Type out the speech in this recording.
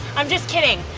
i'm just kidding.